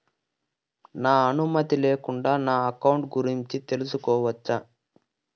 నా అనుమతి లేకుండా నా అకౌంట్ గురించి తెలుసుకొనొచ్చా?